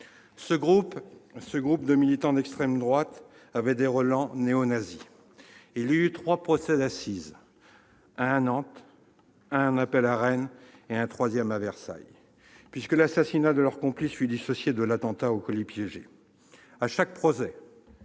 Ce groupe de militants d'extrême droite avait des relents néonazis. Il y eut trois procès d'assises, le premier à Nantes, le procès en appel à Rennes et un troisième à Versailles, l'assassinat de leur complice ayant été dissocié de l'attentat au colis piégé.